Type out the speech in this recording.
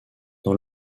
dans